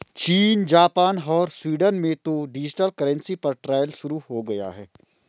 चीन, जापान और स्वीडन में तो डिजिटल करेंसी पर ट्रायल शुरू हो गया है